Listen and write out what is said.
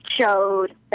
showed